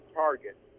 target